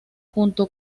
junto